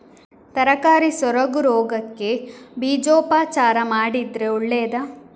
ತರಕಾರಿ ಸೊರಗು ರೋಗಕ್ಕೆ ಬೀಜೋಪಚಾರ ಮಾಡಿದ್ರೆ ಒಳ್ಳೆದಾ?